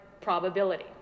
probability